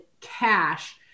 cash